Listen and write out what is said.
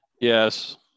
Yes